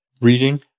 reading